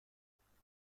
نامحدوده